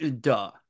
duh